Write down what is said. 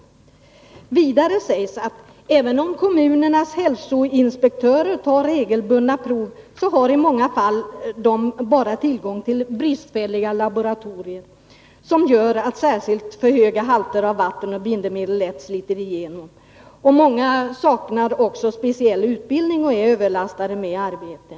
Han säger också att även om kommunernas hälsoinspektörer regelbundet tar prover har de i många fall bara tillgång till bristfälliga laboratorier som gör att särskilt för höga halter av vatten och bindemedel lätt slinker igenom. Många saknar också specialutbildning och är överlastade med arbete.